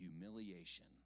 humiliation